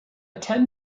tend